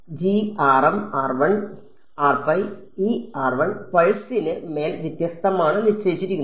ഈ പൾസിന് മേൽ വ്യത്യസ്തമാണ് നിശ്ചയിച്ചിരിക്കുന്നത്